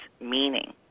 meaning